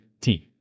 team